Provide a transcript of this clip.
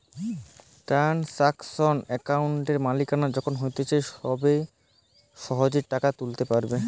transaction অ্যাকাউন্টে মালিকরা যখন ইচ্ছে হবে সহেজে টাকা তুলতে পাইরবে